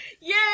yay